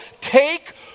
take